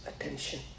attention